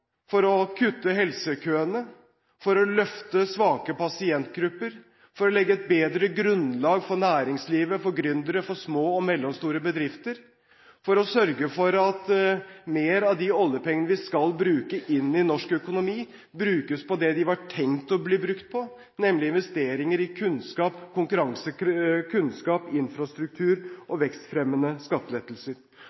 for å kutte helsekøene, for å løfte svake pasientgrupper, for å legge et bedre grunnlag for næringslivet, for gründere, for små og mellomstore bedrifter og for å sørge for at mer av de oljepengene vi skal bruke inn i norsk økonomi, brukes til det de var tenkt å bli brukt til, nemlig investeringer i kunnskap,